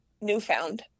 Newfound